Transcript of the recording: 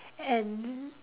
and